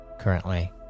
currently